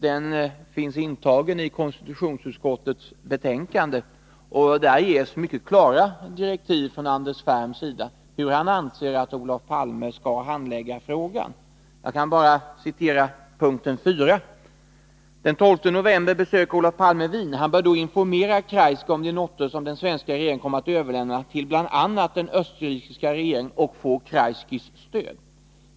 Den finns intagen i konstitutionsutskottets betänkande, och i promemorian ges från Anders Ferms sida mycket klara besked om hur han anser att Olof Palme skall handlägga frågan. Jag kan citera punkt 4: ”Den 12 november besöker OP” — dvs. Olof Palme — ”Wien. Han bör då informera Kreisky om de noter som den svenska regeringen kommer att överlämna till bl.a. den österrikiska regeringen och få Kreiskys stöd.